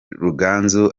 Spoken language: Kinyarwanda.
ruganzu